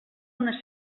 una